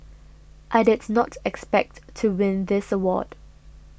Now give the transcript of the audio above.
I did not expect to win this award